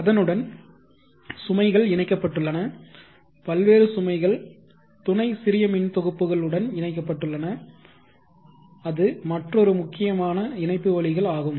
அதனுடன் சுமைகள் இணைக்கப்பட்டுள்ளன பல்வேறு சுமைகள் துணை சிறியமின்தொகுப்புகள் உடன் இணைக்கப்பட்டுள்ளன அது மற்றொரு முக்கியமான இணைப்புவழிகள் ஆகும்